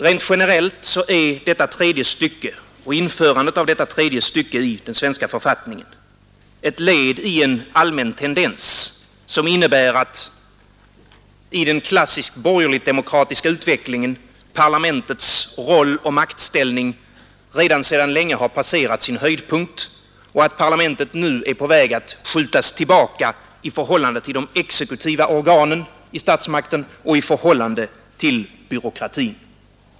Rent generellt är införandet i den svenska författningen av detta tredje stycke ett led i en allmän tendens, som innebär att i den klassiskt borgerligt-demokratiska utvecklingen parlamentets roll och maktställning redan sedan länge har passerat sin höjdpunkt och att parlamentet nu är på väg att skjutas tillbaka i förhållande till de exekutiva organen i statsmakten och i förhållande till byråkratin.